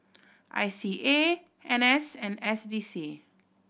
I C A N S and S D C